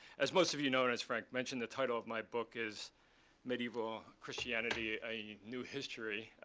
as most of you know, and as frank mentioned, the title of my book is medieval christianity, a new history.